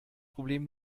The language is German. problem